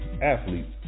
athletes